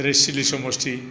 जेरै सिदलि समस्थि